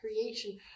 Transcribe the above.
creation